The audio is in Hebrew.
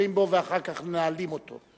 מדברים בו ואחר כך נעלים אותו.